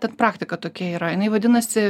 ten praktika tokia yra jinai vadinasi